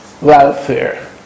welfare